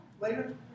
later